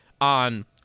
on –